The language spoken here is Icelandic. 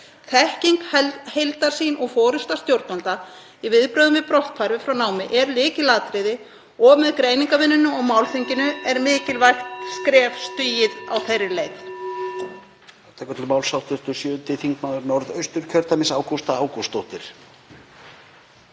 Þekking, heildarsýn og forysta stjórnvalda í viðbrögðum við brotthvarfi frá námi er lykilatriði og með greiningarvinnunni og málþinginu er mikilvægt skref stigið á þeirri leið.